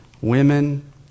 women